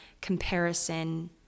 comparison